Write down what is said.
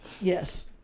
Yes